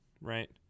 right